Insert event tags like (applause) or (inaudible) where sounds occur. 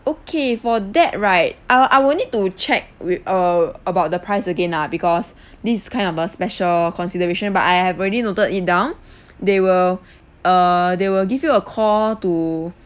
okay for that right I will I will need to check with err about the price again ah because (breath) this is kind of a special consideration but I have already noted it down (breath) they will err they will give you a call to